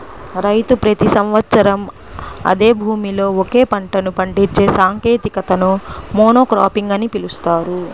రైతు ప్రతి సంవత్సరం అదే భూమిలో ఒకే పంటను పండించే సాంకేతికతని మోనోక్రాపింగ్ అని పిలుస్తారు